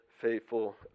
faithful